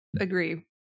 Agree